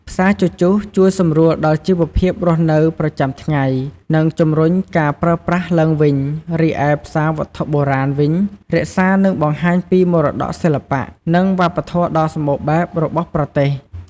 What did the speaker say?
ផ្សារជជុះជួយសម្រួលដល់ជីវភាពរស់នៅប្រចាំថ្ងៃ និងជំរុញការប្រើប្រាស់ឡើងវិញ រីឯផ្សារវត្ថុបុរាណវិញ រក្សា និងបង្ហាញពីមរតកសិល្បៈ និងវប្បធម៌ដ៏សម្បូរបែបរបស់ប្រទេស។